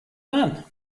done